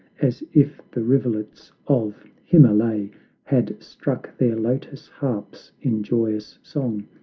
as if the rivulets of himalay had struck their lotus harps in joyous song,